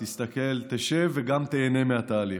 תסתכל, תשב וגם תיהנה מהתהליך.